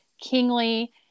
kingly